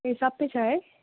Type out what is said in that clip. ए सबै छ है